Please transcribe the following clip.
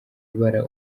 ibara